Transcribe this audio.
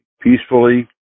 peacefully